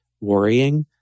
worrying